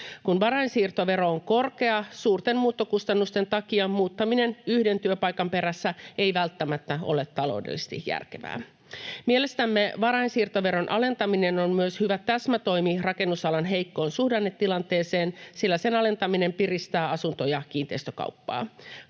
Kun varainsiirtovero on korkea, suurten muuttokustannusten takia muuttaminen yhden työpaikan perässä ei välttämättä ole taloudellisesti järkevää. Mielestämme varainsiirtoveron alentaminen on myös hyvä täsmätoimi rakennusalan heikkoon suhdannetilanteeseen, sillä sen alentaminen piristää asunto- ja kiinteistökauppaa.